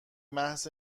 محض